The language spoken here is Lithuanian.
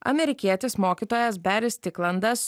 amerikietis mokytojas beris tiklandas